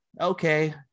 okay